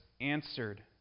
answered